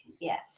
yes